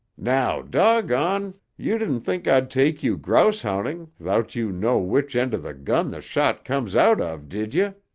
now doggone! you didn't think i'd take you grouse hunting thout you know which end of the gun the shot comes out of, did you?